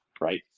Right